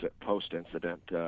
post-incident